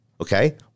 Okay